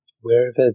...wherever